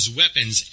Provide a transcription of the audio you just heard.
weapons